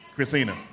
Christina